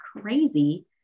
crazy